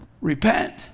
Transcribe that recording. Repent